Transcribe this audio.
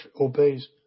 obeys